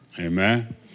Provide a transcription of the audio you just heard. Amen